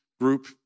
Group